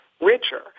richer